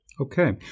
Okay